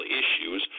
issues